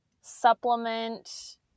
supplement